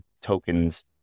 tokens